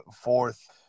fourth